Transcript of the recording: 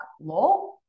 law